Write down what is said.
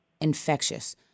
infectious